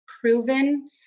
proven